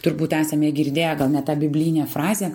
turbūt esame girdėję gal ne tą biblijinę frazę